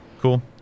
Cool